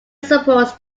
supports